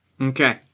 Okay